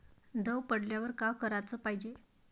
दव पडल्यावर का कराच पायजे?